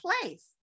place